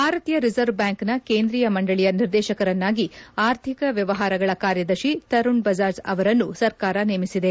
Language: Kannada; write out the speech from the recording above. ಭಾರತೀಯ ರಿಸರ್ವ್ ಬ್ಲಾಂಕ್ನ ಕೇಂದ್ರಿಯ ಮಂಡಳಿಯ ನಿರ್ದೇಶಕರನ್ನಾಗಿ ಆರ್ಥಿಕ ವ್ನವಹಾರಗಳ ಕಾರ್ಯದರ್ಶಿ ತರುಣ್ ಬಜಾಜ್ ಅವರನ್ನು ಸರ್ಕಾರ ನೇಮಿಸಿದೆ